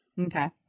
Okay